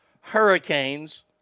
hurricanes